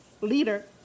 leader